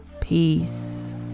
Peace